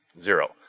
Zero